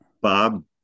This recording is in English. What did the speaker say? Bob